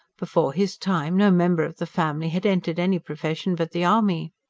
before his time no member of the family had entered any profession but the army.